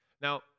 Now